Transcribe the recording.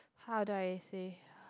how do I say